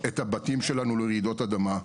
את הבתים שלנו לרעידות אדמה.